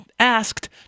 asked